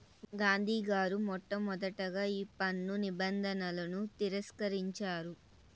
గాంధీ గారు మొట్టమొదటగా ఈ పన్ను నిబంధనలను తిరస్కరించారు